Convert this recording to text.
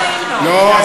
לא,